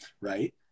right